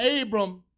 Abram